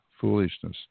foolishness